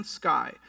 sky